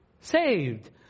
saved